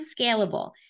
scalable